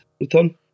return